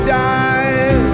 die